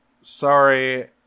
Sorry